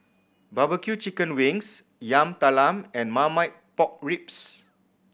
barbecue chicken wings Yam Talam and Marmite Pork Ribs